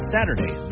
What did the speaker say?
Saturday